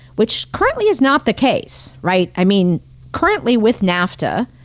which currently is not the case. right? i mean currently, with nafta,